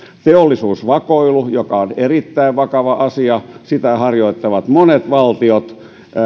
teollisuusvakoilu joka on erittäin vakava asia sitä harjoittavat monet valtiot